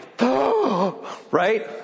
right